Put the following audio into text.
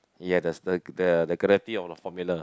ya there's the the the gravity on the formula